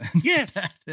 Yes